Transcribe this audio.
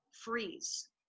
freeze